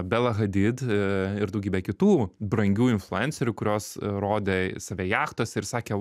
bela hadid ir daugybė kitų brangių influencerių kurios rodė save jachtose ir sakė